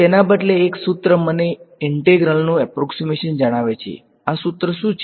તો તેના બદલે એક સૂત્ર મને ઇન્ટિગ્રલનો એપ્રોક્ષીમેશન જણાવે છે આ સૂત્ર શું છે